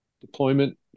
deployment